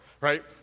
right